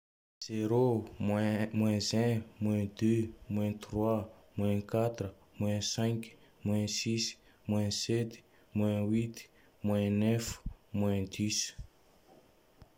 Zéro, moins moins un, moins deux, moins deux, moins trois, moins quatre, moins cinq, moins six, moins sept, moins huit, moins neuf, moins dix.